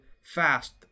fast